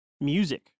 music